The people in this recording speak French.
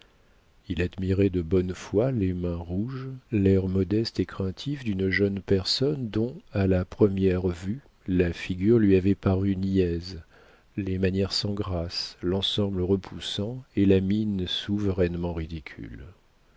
il admirait de bonne foi les mains rouges l'air modeste et craintif d'une jeune personne dont à la première vue la figure lui avait paru niaise les manières sans grâces l'ensemble repoussant et la mine souverainement ridicule